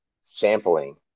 sampling